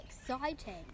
exciting